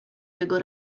jego